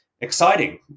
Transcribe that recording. exciting